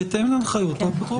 בהתאם להנחיות האפוטרופוס הכללי.